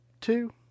two